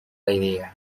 idea